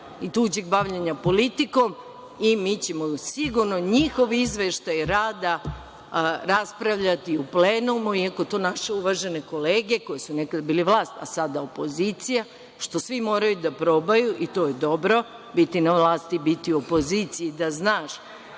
i tuđeg bavljenja politikom i mi ćemo sigurno njihov izveštaj rada raspravljati u plenumu, iako to naše uvažene kolege koje su nekada bile vlast, a sada opozicija, što svi moraju da probaju i to je dobro, biti na vlasti i biti u opoziciji, da znaš